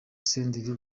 senderi